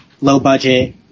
low-budget